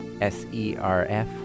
S-E-R-F